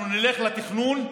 אנחנו נלך לתכנון,